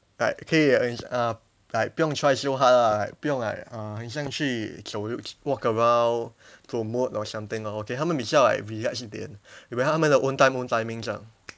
like 可以 err uh like 不用 try so hard ah like 不用 like uh 很像去走 walk around promote or something 我给他们比较 like relax 一点 give 他们 their own time own timing 这样